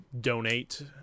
donate